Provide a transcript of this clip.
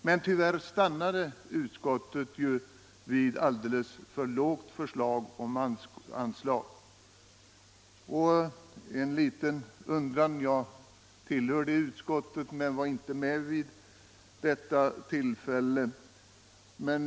Men tyvärr stannade utskottet vid ett förslag till anslag som var alldeles för lågt. Jag tillhör själv utskottet men var på grund av annat uppdrag inte närvarande vid tillfället i fråga.